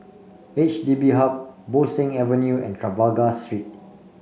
H D B Hub Bo Seng Avenue and Trafalgar Street